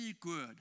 good